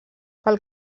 pel